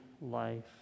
life